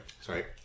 Sorry